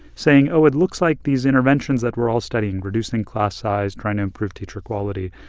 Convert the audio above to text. saying, oh, it looks like these interventions that we're all studying reducing class size, trying to improve teacher quality,